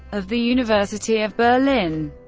of the university of berlin,